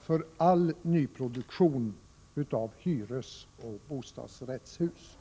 för all nyproduktion av hyresoch bostadsrättshus.